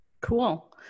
cool